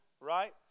right